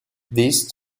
these